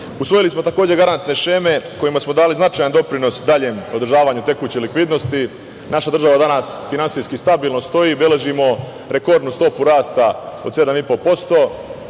smo takođe garantne šeme kojima smo dali značajan doprinos daljem održavanju tekuće likvidnosti. Naša država danas finansijski stabilno stoji, beležimo rekordnu stopu rasta od 7,5%,